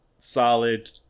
Solid